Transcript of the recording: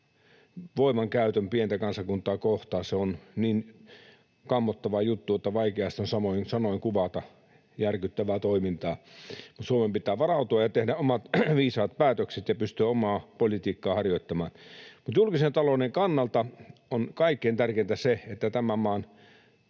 voimankäytön pientä kansakuntaa kohtaa. Se on niin kammottava juttu, että vaikea sitä on sanoin kuvata, järkyttävää toimintaa. Mutta Suomen pitää varautua ja tehdä omat viisaat päätöksensä ja pystyä omaa politiikkaansa harjoittamaan. Mutta julkisen talouden kannalta on kaikkein tärkeintä se, että tämän maan